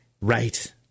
right